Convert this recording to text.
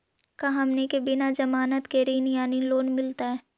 का हमनी के बिना जमानत के ऋण यानी लोन मिलतई?